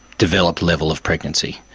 developed level of pregnancy.